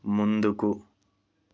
ముందుకు